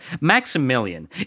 Maximilian